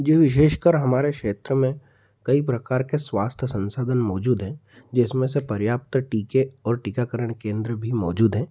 जी विशेषकर हमारे क्षेत्र में कई प्रकार के स्वास्थ्य संसाधन मौजूद हैं जिसमें से पर्याप्त टीके और टीकारण केंद्र भी मौजूद हैं